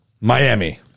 Miami